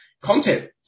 content